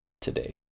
today